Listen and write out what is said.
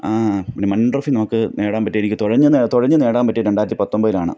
പിന്നെ മന്നം ട്രോഫി നമുക്ക് നേടാൻ പറ്റി എനിക്ക് തുഴഞ്ഞ് തുഴഞ്ഞ് നേടാൻ പറ്റി രണ്ടായിരത്തി പത്തൊമ്പതിലാണ്